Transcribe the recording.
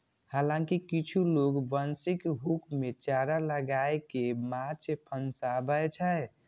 हालांकि किछु लोग बंशीक हुक मे चारा लगाय कें माछ फंसाबै छै